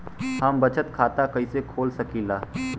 हम बचत खाता कईसे खोल सकिला?